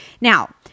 Now